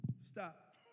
stop